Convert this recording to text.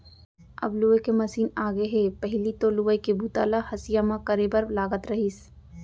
अब लूए के मसीन आगे हे पहिली तो लुवई के बूता ल हँसिया म करे बर लागत रहिस